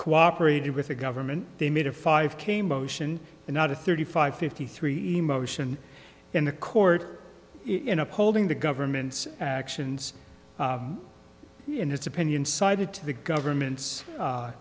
cooperated with the government they made a five k motion and not a thirty five fifty three emotion in the court in upholding the government's actions in his opinion cited to the government's